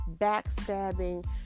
backstabbing